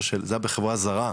זה היה בחברה זרה,